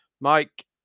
Mike